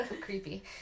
Creepy